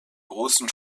großen